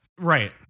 Right